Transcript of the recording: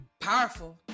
powerful